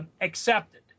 accepted